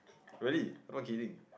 really not kidding